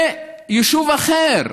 ויישוב אחר,